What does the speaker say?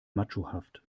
machohaft